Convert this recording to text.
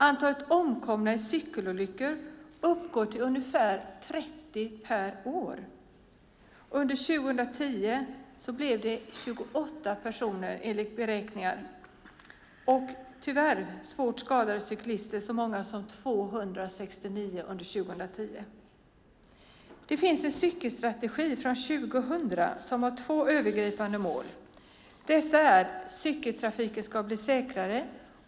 Antalet omkomna i cykelolyckor är ungefär 30 personer per år - under år 2010 var antalet 28 personer, enligt gjorda beräkningar. Antalet svårt skadade cyklister var tyvärr så många som 269 personer under samma år. Det finns en cykelstrategi från 2000 som har två övergripande mål: Cykeltrafiken ska bli säkrare.